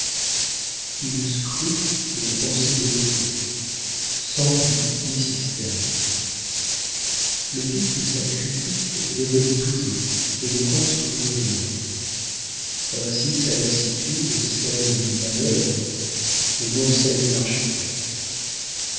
il scrute la pensée d'autrui sans but ni système le pic de sa critique démolit toujours et ne construit rien ainsi sa lassitude est celle du manœuvre et non celle de l'architecte